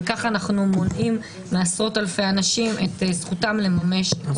בכך אנחנו מונעים מעשרות אלפי אנשים את זכותם לממש את זכות הבחירה.